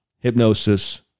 Hypnosis